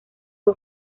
fue